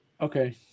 Okay